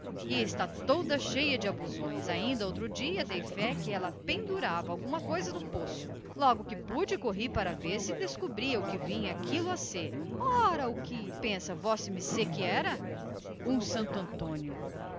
está toda cheia de abusões ainda outro dia dei fé que ela pendurava alguma coisa no poço logo que pude corri para ver se descobria o que vinha a ser ora o que pensa vossemecê que era um santo antônio